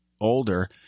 older